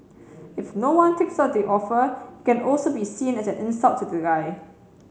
if no one takes up the offer it can also be seen as an insult to the guy